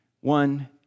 one